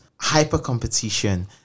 hyper-competition